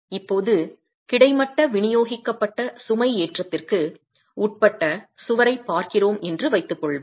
இப்போது கிடைமட்ட விநியோகிக்கப்பட்ட சுமைஏற்றத்திற்கு உட்பட்ட சுவரைப் பார்க்கிறோம் என்று வைத்துக்கொள்வோம்